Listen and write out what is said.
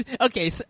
Okay